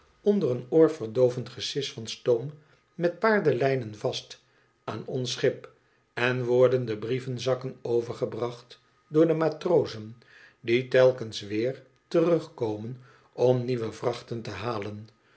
onder een oorverdoovend gesis van stoom met paardelijnen vast aan ons schip en worden de brievenzakken overgebracht door de matrozen die telkens wéér terugkomen om nieuwe vrachten te halen